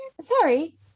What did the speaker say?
Sorry